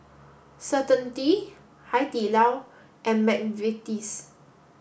certainty Hai Di Lao and McVitie's